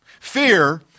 Fear